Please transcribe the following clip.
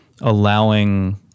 allowing